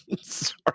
Sorry